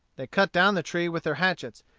they cut down the tree with their hatchets,